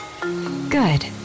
Good